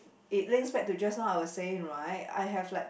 it links back to just now I was saying right I have like